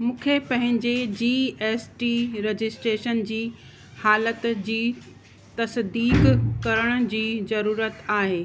मूंखे पंहिंजे G S T registration जी हालति जी तसिदीक़ु करण जी ज़रूरत आहे